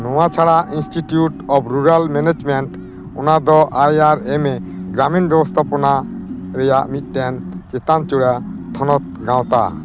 ᱱᱚᱣᱟ ᱛᱟᱲᱟ institute of rural management ᱚᱱᱟᱫᱚ ᱟᱭ ᱟᱨ ᱮᱢ ᱮ ᱜᱨᱟᱢᱤᱱ ᱵᱮᱵᱚᱥᱛᱷᱟᱯᱚᱱᱟ ᱨᱮᱱᱟᱜ ᱢᱤᱫᱴᱟᱝ ᱪᱮᱛᱟᱱ ᱪᱩᱲᱟᱹ ᱛᱷᱚᱱᱚᱛ ᱜᱟᱶᱛᱟ